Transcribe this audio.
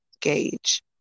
gauge